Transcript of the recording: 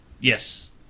Yes